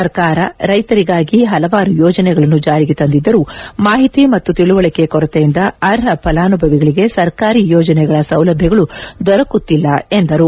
ಸರ್ಕಾರ ರೈತರಿಗಾಗಿ ಪಲವಾರು ಯೋಜನೆಗಳನ್ನು ಜಾರಿಗೆ ತಂದಿದ್ದರು ಮಾಹಿತಿ ಮತ್ತು ತಿಳುವಳಿಕೆ ಕೊರತೆಯಿಂದ ಅರ್ಹ ಫಲಾನುಭವಿಗಳಿಗೆ ಸರ್ಕಾರಿ ಯೋಜನೆಗಳ ಸೌಲಭ್ಞಗಳು ದೊರಕುತ್ತಿಲ್ಲ ಎಂದರು